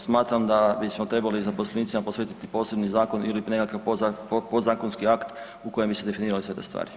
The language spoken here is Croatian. Smatram da bismo trebali zaposlenicima posvetiti posebni zakon ili nekakav podzakonski akt u kojem bi se definirale sve te stvari.